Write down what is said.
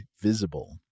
Visible